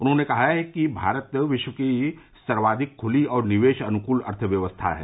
उन्होंने कहा कि भारत विश्व की सर्वाधिक खुली और निवेश अनुकूल अर्थव्यवस्था है